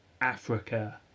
Africa